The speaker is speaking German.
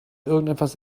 irgendwas